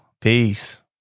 Peace